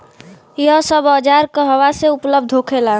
यह सब औजार कहवा से उपलब्ध होखेला?